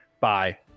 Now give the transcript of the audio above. bye